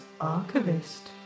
archivist